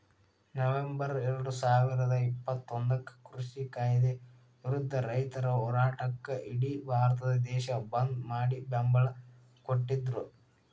November ಎರಡುಸಾವಿರದ ಇಪ್ಪತ್ತೊಂದಕ್ಕ ಕೃಷಿ ಕಾಯ್ದೆ ವಿರುದ್ಧ ರೈತರ ಹೋರಾಟಕ್ಕ ಇಡಿ ಭಾರತ ದೇಶ ಬಂದ್ ಮಾಡಿ ಬೆಂಬಲ ಕೊಟ್ಟಿದ್ರು